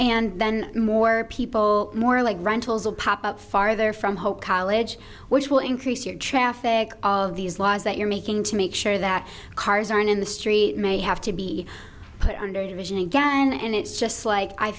and then more people more like rentals will pop up farther from hope college which will increase your traffic all of these laws that you're making to make sure that cars aren't in the street may have to be put under the vision again and it's just like i